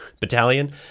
battalion